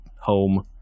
home